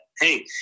Hey